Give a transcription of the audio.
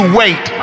wait